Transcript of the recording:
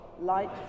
light